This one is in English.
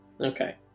Okay